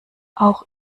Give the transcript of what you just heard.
auch